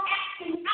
acting